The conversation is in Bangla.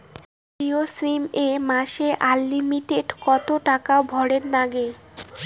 জিও সিম এ মাসে আনলিমিটেড কত টাকা ভরের নাগে?